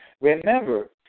Remember